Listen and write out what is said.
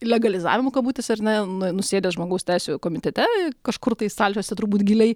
legalizavimu kabutėse ar ne nu nusėdęs žmogaus teisių komitete kažkur tai stalčiuose turbūt giliai